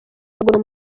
amaguru